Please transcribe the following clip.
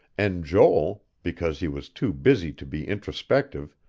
and joel, because he was too busy to be introspective,